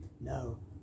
No